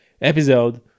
episode